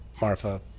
Marfa